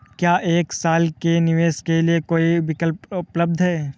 क्या एक साल के निवेश के लिए कोई विकल्प उपलब्ध है?